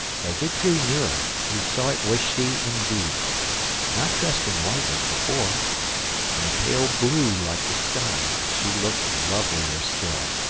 as it drew nearer, he saw it was she indeed not dressed in white as before in a pale blue like the sky, she looked lovelier still.